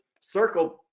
circle